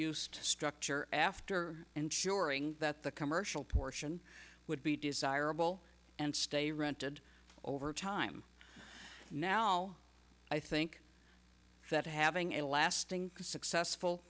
use structure after insuring that the commercial portion would be desirable and stay rented over time now i think that having a lasting successful